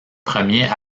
premiers